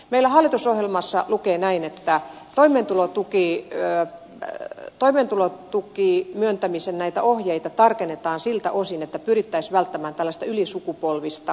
meillä hallitusohjelmassa lukee näin että toimeentulotuen myöntämisen ohjeita tarkennetaan siltä osin että pyrittäisiin välttämään tällaista ylisukupolvista syrjäytymistä